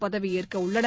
பதவியேற்க உள்ளனர்